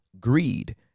greed